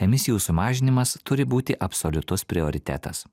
emisijų sumažinimas turi būti absoliutus prioritetas